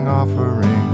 offering